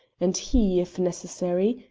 and he, if necessary,